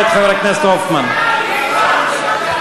חברי הכנסת, לא שמעו אותי פשוט.